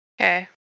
Okay